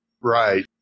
Right